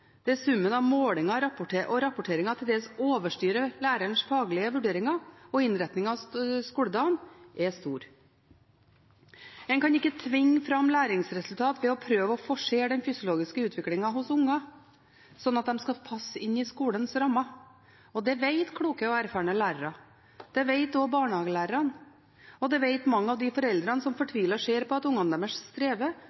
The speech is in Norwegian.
summen av målinger og rapporteringer til dels overstyrer lærerens faglige vurderinger og innretning av skoledagen er store. En kan ikke tvinge fram læringsresultat ved å prøve å forsere den fysiologiske utviklingen hos unger, slik at de skal passe inn i skolens rammer. Det vet kloke og erfarne lærere, det vet også barnehagelærerne, og det vet mange av de foreldrene som